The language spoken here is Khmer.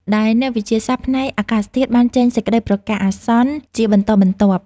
ដែលអ្នកវិទ្យាសាស្ត្រផ្នែកអាកាសធាតុបានចេញសេចក្តីប្រកាសអាសន្នជាបន្តបន្ទាប់។